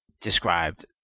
described